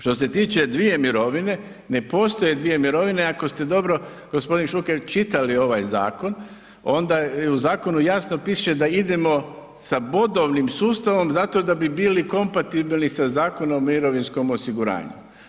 Što se tiče dvije mirovine, ne postoje dvije mirovine ako ste dobro g. Šuker čitali ovaj zakon onda u zakonu jasno piše da idemo sa bodovnim sustavom zato da bi bili kompatibilni sa Zakonom o mirovinskom osiguranju.